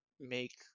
make